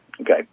okay